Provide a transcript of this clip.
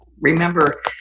remember